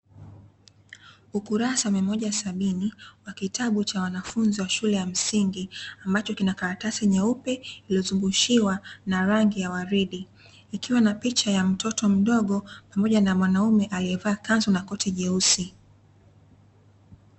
Ukurasa wa mia moja sabini wa kitabu cha wanafuzi wa shule ya msingi, ambacho kina karatasi nyeupe iliyozungushiwa na rangi ya uwaridi, kikiwa na picha ya mtoto mdogo pamoja na mwanaume alievaa kanzu na koti jeusi.